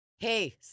Hey